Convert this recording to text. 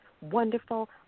wonderful